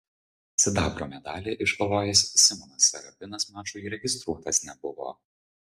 sidabro medalį iškovojęs simonas serapinas mačui registruotas nebuvo